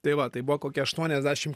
tai va tai buvo kokie aštuoniasdešim